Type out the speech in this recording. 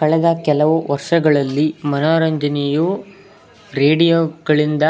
ಕಳೆದ ಕೆಲವು ವರ್ಷಗಳಲ್ಲಿ ಮನೋರಂಜನೆಯು ರೇಡಿಯೋಗಳಿಂದ